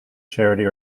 charity